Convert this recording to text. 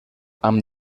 amb